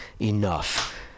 enough